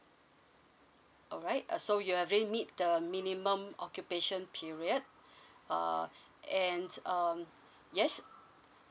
alright uh so you are already meet the minimum occupation period uh and um yes